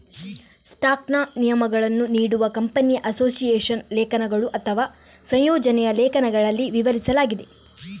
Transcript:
ಸ್ಟಾಕ್ನ ನಿಯಮಗಳನ್ನು ನೀಡುವ ಕಂಪನಿಯ ಅಸೋಸಿಯೇಷನ್ ಲೇಖನಗಳು ಅಥವಾ ಸಂಯೋಜನೆಯ ಲೇಖನಗಳಲ್ಲಿ ವಿವರಿಸಲಾಗಿದೆ